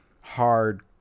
hard